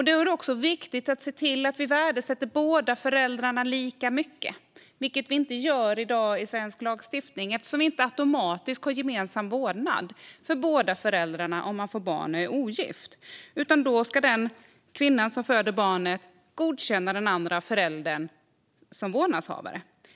Det är också viktigt att värdesätta båda föräldrarna lika mycket, vilket vi inte gör i dag i svensk lagstiftning eftersom det inte finns automatisk gemensam vårdnad för båda föräldrarna om man får barn och är ogift. Då ska den kvinna som föder barnet godkänna den andra föräldern som vårdnadshavare.